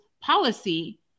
policy